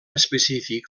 específic